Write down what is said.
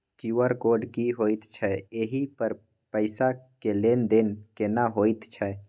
QR code की होयत छै एहि पर पैसा के लेन देन केना होयत छै?